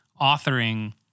authoring